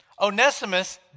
Onesimus